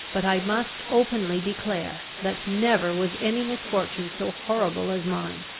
but i must openly declare that never was any misfortune so horrible as mine.